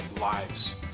lives